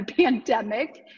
pandemic